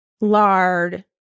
lard